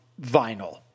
vinyl